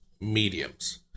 mediums